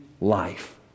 life